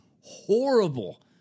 Horrible